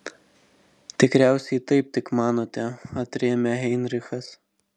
tikriausiai taip tik manote atrėmė heinrichas